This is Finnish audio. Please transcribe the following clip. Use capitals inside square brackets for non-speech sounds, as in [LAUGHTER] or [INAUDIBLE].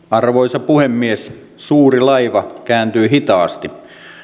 [UNINTELLIGIBLE] arvoisa puhemies suuri laiva kääntyy hitaasti